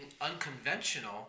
unconventional